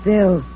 Bill